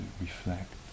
reflect